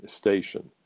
Station